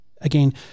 Again